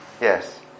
yes